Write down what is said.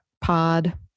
pod